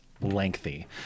lengthy